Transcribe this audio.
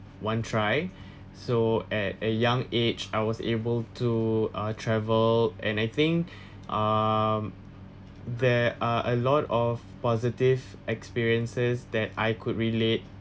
one try so at a young age I was able to ah travel and I think um there are a lot of positive experiences that I could relate